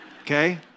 okay